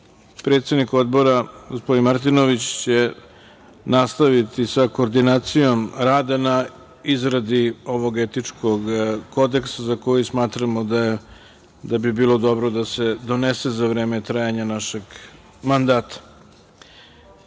Predsednik Odbora gospodin Martinović će nastaviti sa koordinacijom rada na izradi ovog etičkog kodeksa, za koji smatramo da bi bilo dobro da se donese za vreme trajanja našeg mandata. Idemo